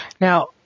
Now